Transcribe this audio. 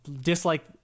dislike